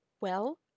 Well